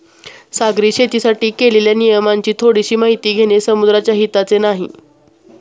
सागरी शेतीसाठी केलेल्या नियमांची थोडीशी माहिती घेणे समुद्राच्या हिताचे नाही